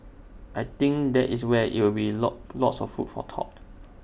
I think that is where IT will lot lots of food for thought